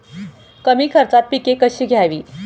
कमी खर्चात पिके कशी घ्यावी?